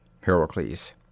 Heracles